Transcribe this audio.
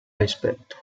rispetto